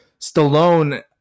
Stallone